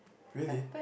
really